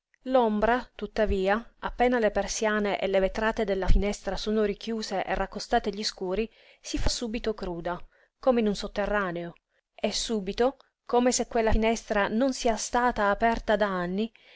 l'ombra tuttavia appena le persiane e le vetrate della finestra sono richiuse e raccostati gli scuri si fa subito cruda come in un sotterraneo e subito come se quella finestra non sia stata aperta da anni